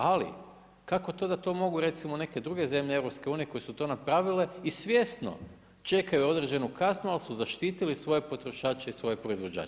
Ali kako to da to mogu recimo neke druge zemlje EU koje su to napravile i svjesno čekaju određenu kaznu, ali su zaštitili svoje potrošače i svoje proizvođače.